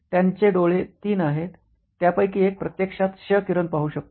त्यांचे डोळे तीन आहेत त्यापैकी एक प्रत्यक्षात क्ष किरण पाहू शकतो